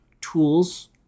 tools